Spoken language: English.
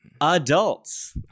adults